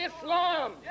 Islam